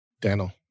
Daniel